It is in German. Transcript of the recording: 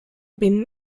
bin